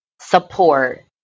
support